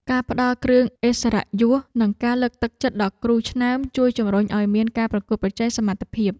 ការផ្តល់គ្រឿងឥស្សរិយយសនិងការលើកទឹកចិត្តដល់គ្រូឆ្នើមជួយជំរុញឱ្យមានការប្រកួតប្រជែងសមត្ថភាព។